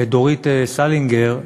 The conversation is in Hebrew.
דורית סלינגר,